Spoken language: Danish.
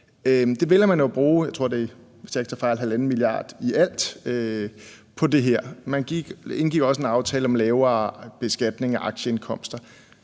jeg tror, at det, hvis jeg ikke tager fejl, er 1,5 mia. kr. i alt på det her, og man indgik også en aftale om en lavere beskatning af aktieindkomster.